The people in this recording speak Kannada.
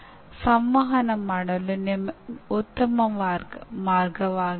ಇದು ವಿವರಣಾ ಶಾಸ್ತ್ರಗಿಂತ ಭಿನ್ನವಾಗಿವೆ